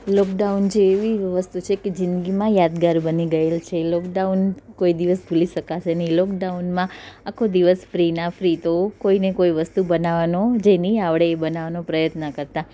lockdown જે એવી વસ્તુ છે કે જિંદગીમાં યાદગાર બને ગયેલ છે લૉકડાઉન કોઈ દિવસ ભૂલી શકાશે નહીં લૉકડાઉનમાં આખો દિવસ ફ્રીના ફ્રી તો કોઈને કોઈ વસ્તુ બનવાનો જે ન આવડે એ બનાવવાનો પ્રયત્ન કરતા